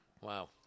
Wow